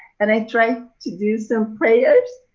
and i tried to do some prayers,